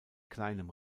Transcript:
kleinem